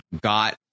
got